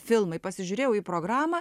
filmai pasižiūrėjau į programą